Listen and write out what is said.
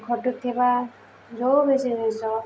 ଘଟୁଥିବା ଯେଉଁ ବି ଜିନିଷ